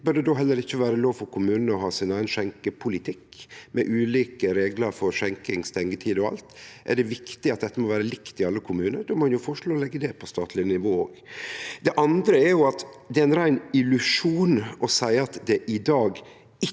det då heller ikkje vere lov for kommunane å ha sin eigen skjenkepolitikk, med ulike reglar for skjenking, stengetid og alt? Er det viktig at dette må vere likt i alle kommunar? Då må ein jo å foreslå å leggje det på statleg nivå. Det andre er at det er ein rein illusjon å seie at det i dag ikkje er